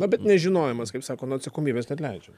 na bet nežinojimas kaip sako nuo atsakomybės neatleidžia